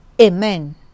Amen